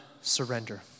surrender